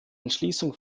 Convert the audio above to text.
entschließung